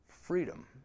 freedom